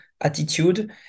attitude